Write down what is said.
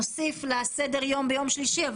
נוסיף אותו לסדר היום ביום שלישי.